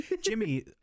Jimmy